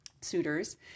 suitors